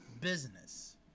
business